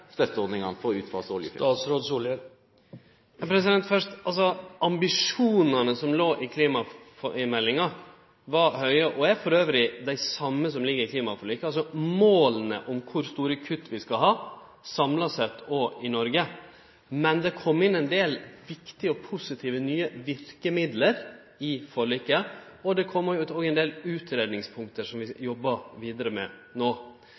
Ambisjonane som låg i klimameldinga, altså måla om kor store kutt vi skal ha – samla sett og i Noreg – var høge og er elles dei same som ligg i klimaforliket. Men det kom inn ein del viktige og positive nye verkemiddel i forliket, og det kom òg inn ein del utgreiingspunkt som vi jobbar vidare med